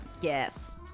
Yes